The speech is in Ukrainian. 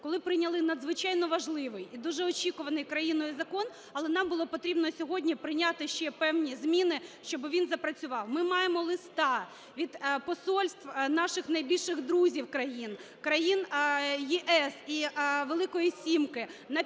коли прийняли надзвичайно важливий і дуже очікуваний країною закон, але нам було потрібно сьогодні прийняти ще певні зміни, щоби він запрацював. Ми маємо листа від посольств наших найбільших друзів країн, країн ЄС і "Великої сімки" на підтримку